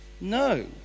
No